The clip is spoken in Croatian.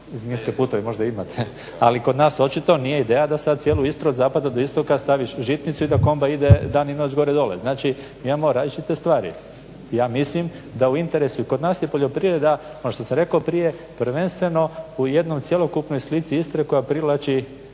zmijske puteve, možda imate, ali kod nas očito nije ideja da sad cijelu Istru od zapada do istoka staviš žitnicu i da kombajn ide dan i noć gore dolje. Znači mi imamo različite stvari. Ja mislim da u interesu i kod nas je poljoprivreda, ono što sam rekao prije, prvenstveno u jednoj cjelokupnoj slici Istre koja privlači